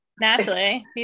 naturally